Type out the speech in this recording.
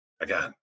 again